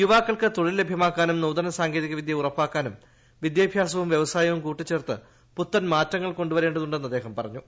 യുവാക്കൾക്ക് തൊഴിൽ ലഭ്യമാക്കാനും നൂതന സാങ്കേതിക വിദ്യ ഉറപ്പാക്കാനും വിദ്യാഭ്യാസവും വ്യവസായവും കൂട്ടിച്ചേർത്ത് പുത്തൻ മാറ്റങ്ങൾ കൊണ്ടുവരേ ണ്ടതുണ്ടെന്ന് അദ്ദേഹം പറഞ്ഞു